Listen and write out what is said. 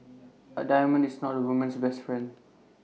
A diamond is not A woman's best friend